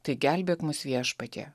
tai gelbėk mus viešpatie